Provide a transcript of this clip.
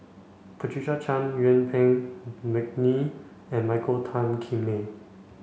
Patricia Chan Yuen Peng McNeice and Michael Tan Kim Nei